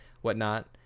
whatnot